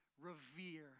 revere